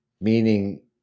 meaning